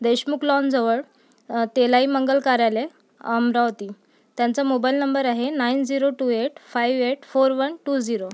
देशमुख लॉनजवळ तेलाई मंगल कार्यालय अमरावती त्यांचा मोबाईल नंबर आहे nine zero two eight five eight four one two zero